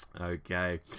Okay